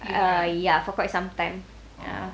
ah ya for quite some time ya